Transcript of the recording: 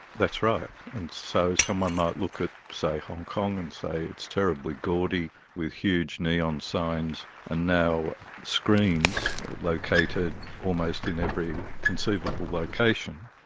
that's right. and so someone might look at, say, hong kong, and say it's terribly gaudy, with huge neon signs, and now screens located almost in every conceivable location,